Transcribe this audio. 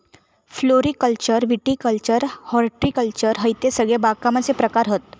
floriculture viticulture horticulture हयते सगळे बागकामाचे प्रकार हत